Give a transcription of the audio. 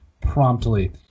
promptly